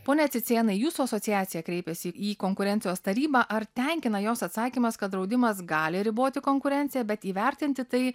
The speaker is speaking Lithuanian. pone cicėnai jūsų asociacija kreipėsi į konkurencijos tarybą ar tenkina jos atsakymas kad draudimas gali riboti konkurenciją bet įvertinti tai